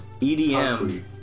EDM